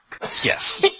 Yes